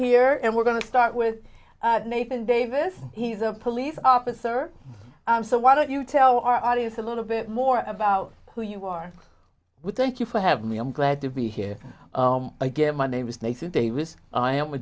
here and we're going to start with nathan davis he's a police officer so why don't you tell our audience a little bit more about who you are with thank you for having me i'm glad to be here again my name is nathan davis i am a